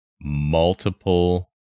multiple